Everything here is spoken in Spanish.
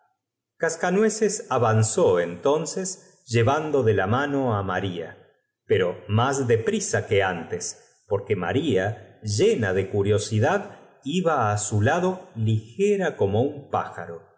cascan ueces avanzó entonces lle ando de la mano á maría pero más de prisa que antes porque maría llena de curiosidad iba á su lado ligera como un pájaro